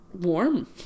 warm